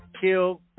kill